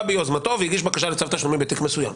ביוזמתו והגיש בקשה לצו תשלומים בתיק מסוים.